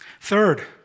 Third